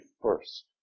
first